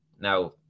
Now